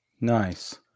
Nice